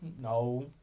no